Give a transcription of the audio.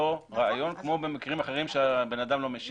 רעיון כמו במקרים אחרים שהבן אדם לא משיב.